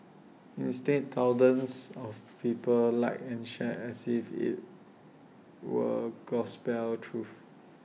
instead thousands of people liked and shared IT as if IT were gospel truth